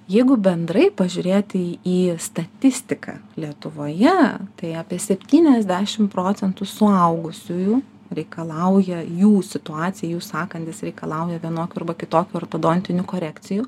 jeigu bendrai pažiūrėti į statistiką lietuvoje tai apie septyniasdešimt procentų suaugusiųjų reikalauja jų situacija jų sąkandis reikalauja vienokių arba kitokių ortodontinių korekcijų